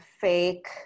fake